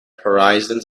horizons